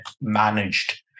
managed